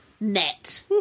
Net